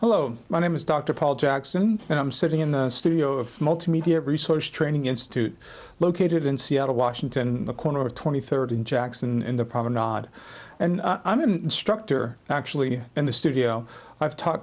hello my name is dr paul jackson and i'm sitting in the studio of multimedia resource training institute located in seattle washington the corner of twenty third in jackson and the problem dod and i'm an instructor actually in the studio i've taught